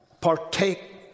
Partake